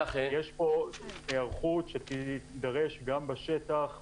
יש פה היערכות שתידרש גם בשטח,